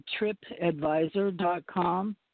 tripadvisor.com